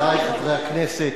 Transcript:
חברי חברי הכנסת,